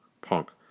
Punk